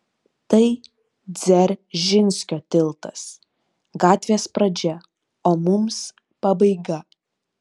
tai dzeržinskio tiltas gatvės pradžia o mums pabaiga